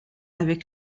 avec